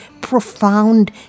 profound